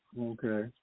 Okay